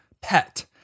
pet